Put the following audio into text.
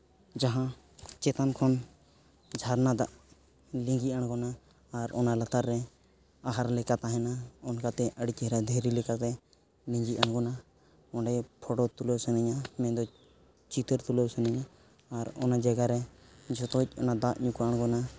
ᱡᱟᱦᱟᱸ ᱪᱮᱛᱟᱱ ᱠᱷᱚᱱ ᱡᱷᱟᱨᱱᱟ ᱫᱟᱜ ᱞᱤᱸᱜᱤ ᱟᱬᱜᱚᱱᱟ ᱟᱨ ᱚᱱᱟ ᱞᱟᱛᱟᱨᱮ ᱨᱮ ᱟᱦᱟᱨ ᱞᱮᱠᱟ ᱛᱟᱦᱮᱱᱟ ᱚᱠᱟᱛᱮ ᱟᱹᱰᱤ ᱪᱮᱦᱨᱟ ᱫᱷᱤᱨᱤ ᱞᱮᱠᱟᱜᱮ ᱞᱤᱜᱤ ᱟᱬᱜᱚᱱᱟ ᱚᱸᱰᱮ ᱜᱮ ᱯᱷᱳᱴᱳ ᱛᱩᱞᱟᱹᱣ ᱥᱟᱱᱟᱹᱧᱟ ᱢᱮᱱ ᱫᱚ ᱪᱤᱛᱟᱹᱨ ᱛᱩᱞᱟᱹᱣ ᱥᱟᱱᱟᱧᱟ ᱟᱨ ᱚᱱᱟ ᱡᱟᱭᱜᱟ ᱨᱮ ᱡᱚᱛᱚ ᱚᱱᱟ ᱫᱟᱜ ᱧᱩ ᱠᱚ ᱟᱬᱜᱚᱱᱟ